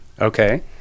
Okay